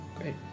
great